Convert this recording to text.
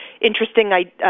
interesting